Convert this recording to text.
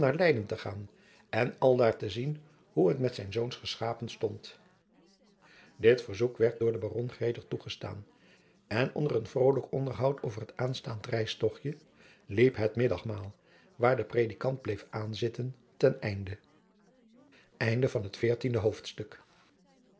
leyden te gaan en aldaar te zien hoe het met zijn zoons geschapen stond dit verzoek werd door den baron gretig toegestaan en onder een vrolijk onderhoud over het aanstaand reistochtje liep het middagmaal waar de predikant bleef aanzitten ten einde jacob van lennep de pleegzoon vijftiende hoofdstuk